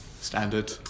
Standard